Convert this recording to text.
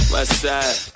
Westside